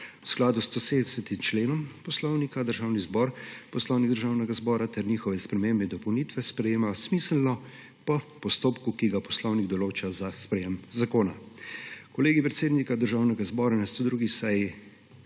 V skladu s 170. členom Poslovnika Državni zbor Poslovnik državnega zbora ter njegove spremembe in dopolnitve sprejema smiselno po postopku, ki ga Poslovnik določa za sprejem zakona. Kolegij predsednika Državnega zbora je na 102. seji